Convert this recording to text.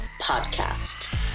podcast